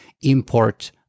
import